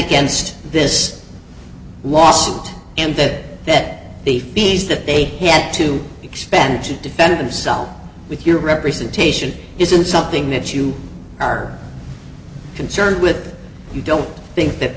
against this lawsuit and that that the fees that they had to expend to defend themselves with your representation isn't something that you are concerned with you don't think that